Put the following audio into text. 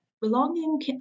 belonging